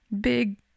big